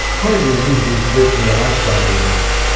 chronic disease is virtually a lifestyle disease,